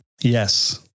Yes